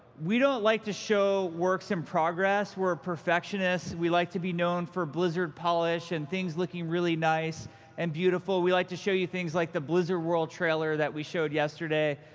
we don't like to show works in progress. we're perfectionists. we like to be known for blizzard polish and things looking really nice and beautiful. we like to show you things like the blizzard world trailer that we showed yesterday,